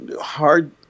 hard